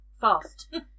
Fast